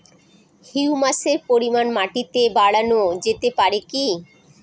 হিউমাসের পরিমান মাটিতে বারানো যেতে পারে কি?